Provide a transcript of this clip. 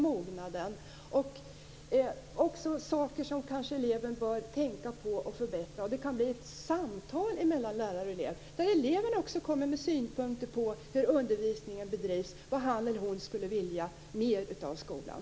Man kan också ta upp saker som eleven kanske bör tänka på och förbättra. Det kan bli ett samtal mellan lärare och elev där eleven också kommer med synpunkter på hur undervisningen bedrivs och vad han eller hon skulle vilja ha ut mer av skolan.